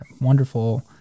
wonderful